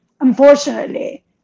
unfortunately